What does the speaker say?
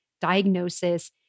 diagnosis